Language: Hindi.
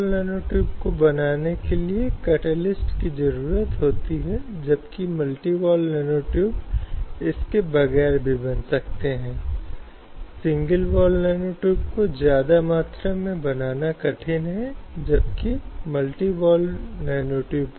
जैसा कि हमने देखा है कि प्राकृतिक विश्वास था और यह समझ कि महिलाएँ भोजन के काम के लिए बेहतर हैं और इसलिए वे घरों के भीतर ही सीमित थीं कि बच्चों को देख सकें विभिन्न घरेलू कार्य करें और यह माना जाता था कि उनके पास घर की चारदीवारी के बाहर जीवन नहीं है